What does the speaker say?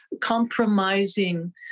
compromising